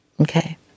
Okay